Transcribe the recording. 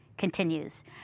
continues